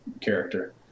character